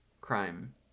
crime